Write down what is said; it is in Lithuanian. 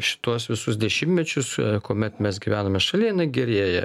šituos visus dešimtmečius kuomet mes gyvename šalyje gerėja